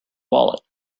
wallet